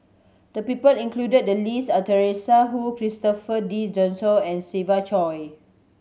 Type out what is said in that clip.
the people included the list are Teresa Hsu Christopher De and Siva Choy